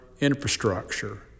infrastructure